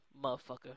motherfucker